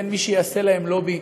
אין מי שיעשה להם לובי,